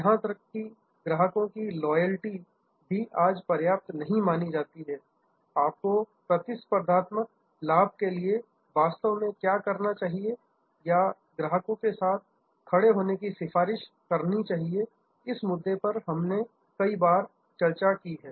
यहां तक कि ग्राहकों की लॉयल्टी भी आज पर्याप्त नहीं मानी जाती है आपको प्रतिस्पर्धात्मक लाभ के लिए वास्तव में क्या करना चाहिए या ग्राहकों के साथ खड़े होने की सिफारिश करनी चाहिए इस मुद्दे पर हमने कई बार चर्चा की है